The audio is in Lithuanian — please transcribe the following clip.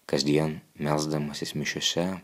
kasdien melsdamasis mišiose